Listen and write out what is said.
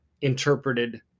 interpreted